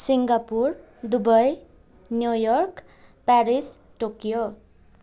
Singapore Dubai New York Paris Tokyo